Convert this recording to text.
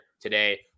today